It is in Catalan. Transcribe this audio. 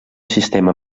sistema